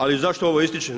Ali zašto ovo ističem?